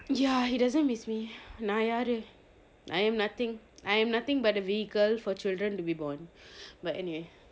ya he doesn't miss me நா யாரு:naa yaaru I am nothing I am nothing but a vehicle for children to be born but anyway